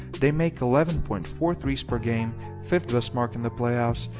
they make eleven point four threes per game, fifth best mark in the playoffs,